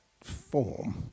Form